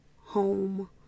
home